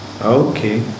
Okay